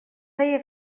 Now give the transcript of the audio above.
feia